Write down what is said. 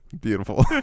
Beautiful